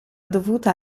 dovuta